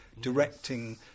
directing